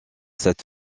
cette